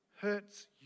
hurts